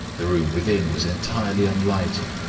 the room within was entirely unlighted,